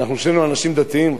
אנחנו שנינו אנשים דתיים,